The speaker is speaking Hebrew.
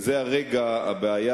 בזה הרגע הבעיה,